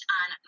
on